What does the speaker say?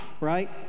right